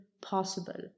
possible